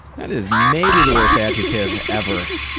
that is maybe the worst adjective ever.